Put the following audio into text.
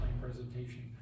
presentation